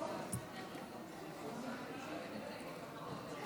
אני נותן